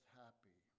happy